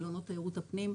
מלונות תיירות הפנים,